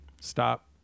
stop